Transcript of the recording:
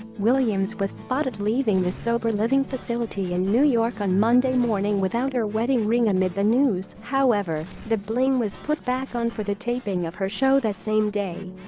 williams was spotted leaving the sober living facility in new york on monday morning without her wedding ring amid the news, however, the bling was put back on for the taping of her show that same day